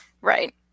Right